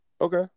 Okay